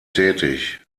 tätig